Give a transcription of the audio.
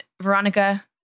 Veronica